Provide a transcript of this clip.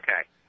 okay